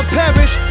perish